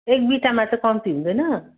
एक बिटामा त कम्ती हुँदैन